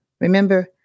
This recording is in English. Remember